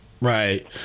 Right